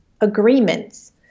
agreements